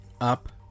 up